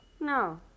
No